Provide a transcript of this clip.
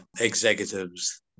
executives